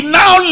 now